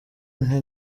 nti